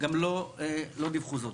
גם לא דיווחו זאת.